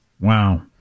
Wow